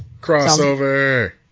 crossover